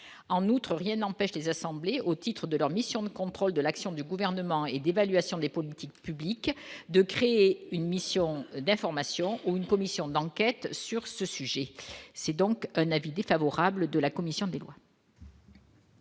en outre, rien n'empêche des assemblées au titre de leur mission de contrôle de l'action du gouvernement et d'évaluation des politiques publiques, de créer une mission d'information où une commission d'enquête sur ce sujet, c'est donc un avis défavorable de la commission des lois.